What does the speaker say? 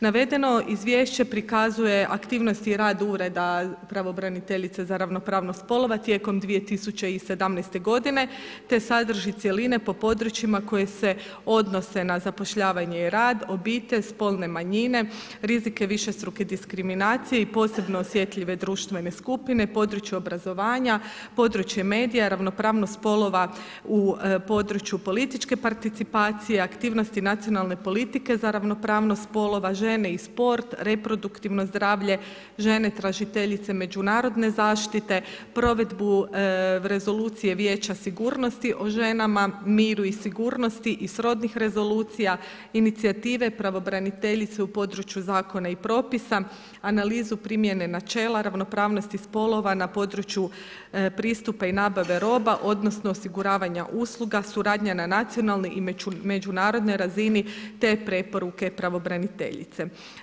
Navedeno izvješće prikazuje aktivnosti i rad ureda pravobraniteljice za ravnopravnost spolova tijekom 2017. godine, te sadrži cjeline po područjima koje se odnose na zapošljavanje i rad, obitelj, spolne manjine, rizike višestruke diskriminacije i posebno osjetljive društvene skupine, područje obrazovanja, područje medija, ravnopravnost spolova u području političke participacije, aktivnosti nacionalne politike za ravnopravnost spolova, žene i sport, reproduktivno zdravlje, žene tražiteljice međunarodne zaštite, provedbu rezolucije vijeća sigurnosti o ženama, miru i sigurnosti i srodnih rezolucija, inicijative pravobraniteljice u području zakona i propisa, analizu primjene načela, ravnopravnosti spolova na području pristupa i nabave roba, odnosno osiguravanja usluga, suradnja na nacionalnoj i međunarodnoj razini te preporuke pravobraniteljice.